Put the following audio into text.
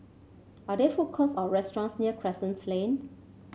are there food courts or restaurants near Crescent Lane